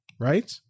right